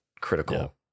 critical